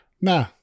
Nah